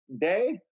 day